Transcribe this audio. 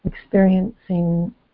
experiencing